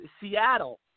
Seattle